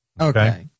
okay